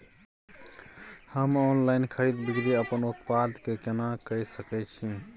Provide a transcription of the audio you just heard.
हम ऑनलाइन खरीद बिक्री अपन उत्पाद के केना के सकै छी?